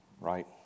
right